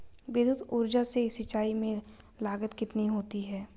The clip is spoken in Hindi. विद्युत ऊर्जा से सिंचाई में लागत कितनी होती है?